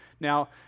Now